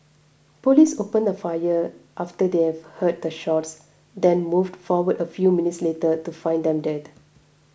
police opened fire after they have heard the shots then moved forward a few minutes later to find them dead